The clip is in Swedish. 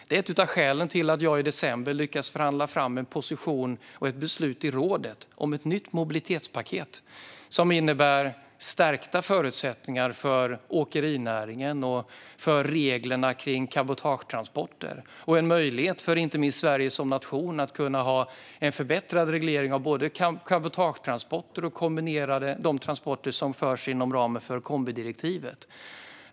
Det är ett av skälen till att jag i december lyckades förhandla fram en position och ett beslut i rådet om ett nytt mobilitetspaket. Det innebär stärkta förutsättningar för åkerinäringen och för reglerna kring cabotagetransporter. Och det innebär en möjlighet för inte minst Sverige som nation att ha en förbättrad reglering av både cabotagetransporter och transporter inom ramen för kombidirektivet.